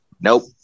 Nope